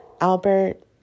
Albert